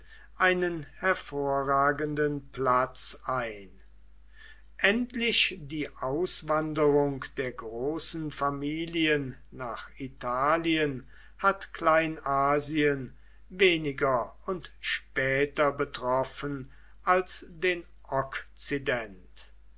einen hervorragenden platz ein endlich die auswanderung der großen familien nach italien hat kleinasien weniger und später betroffen als den okzident